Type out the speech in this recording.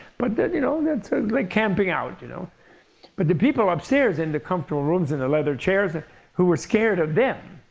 but you know that's so like camping out. you know but the people upstairs in the comfortable rooms in the leather chairs who were scared of them,